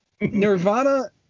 Nirvana